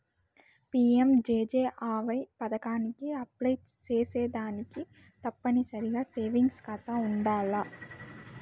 PMJJAY పదకానికి apply సేసేదానికి తప్పనిసరిగా సేవింగ్స్ కాతా ఉండాల్ల